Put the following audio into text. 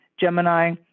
Gemini